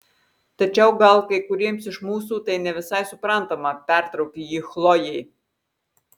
tačiau gal kai kuriems iš mūsų tai ne visai suprantama pertraukė jį chlojė